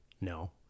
No